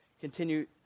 continue